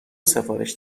سفارش